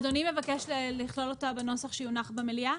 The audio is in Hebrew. אדוני רוצה לכלול אותה בנוסח שיונח במליאה?